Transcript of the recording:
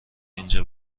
اینجا